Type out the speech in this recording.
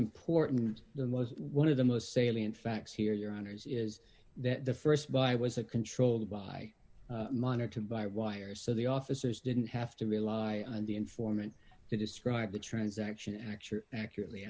important the most one of the most salient facts here your honour's is that the st by was a controlled by monitoring by wire so the officers didn't have to rely on the informant to describe the transaction actually accurately